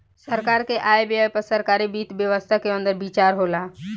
सरकार के आय व्यय पर सरकारी वित्त व्यवस्था के अंदर विचार होला